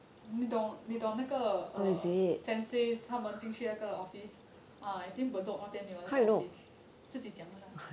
你懂你懂那个 err B 他们进去那个 office ah I think bedok 那边有那个 office 自己讲的啦